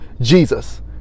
Jesus